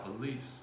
beliefs